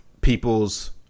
people's